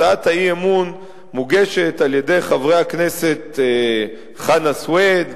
הצעת האי-אמון מוגשת על-ידי חברי הכנסת חנא סוייד,